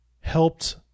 helped